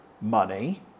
money